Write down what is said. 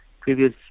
previous